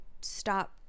stop